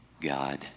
God